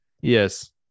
Yes